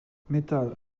metal